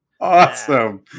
Awesome